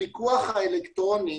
הפיקוח האלקטרוני